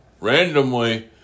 randomly